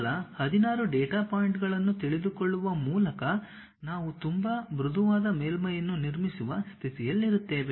ಕೇವಲ 16 ಡೇಟಾ ಪಾಯಿಂಟ್ಗಳನ್ನು ತಿಳಿದುಕೊಳ್ಳುವ ಮೂಲಕ ನಾವು ತುಂಬಾ ಮೃದುವಾದ ಮೇಲ್ಮೈಯನ್ನು ನಿರ್ಮಿಸುವ ಸ್ಥಿತಿಯಲ್ಲಿರುತ್ತೇವೆ